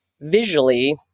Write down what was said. visually